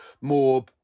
more